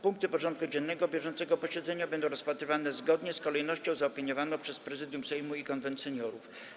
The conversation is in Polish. Punkty porządku dziennego bieżącego posiedzenia będą rozpatrywane zgodnie z kolejnością zaopiniowaną przez Prezydium Sejmu i Konwent Seniorów.